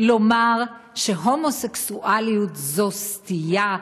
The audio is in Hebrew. לומר שהומוסקסואליות זאת סטייה,